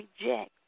reject